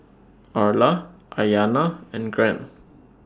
Orla Aiyana and Grant